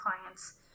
clients